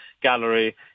Gallery